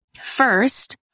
First